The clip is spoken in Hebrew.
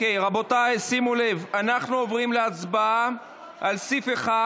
רבותיי, שימו לב, אנחנו עוברים להצבעה על סעיף 1